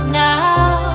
now